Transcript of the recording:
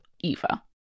Eva